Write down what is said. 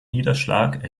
niederschlag